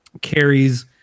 carries